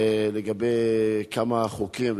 לגבי כמה חוקים.